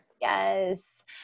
Yes